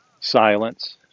silence